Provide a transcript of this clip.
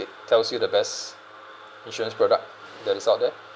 it tells you the best insurance product that is out there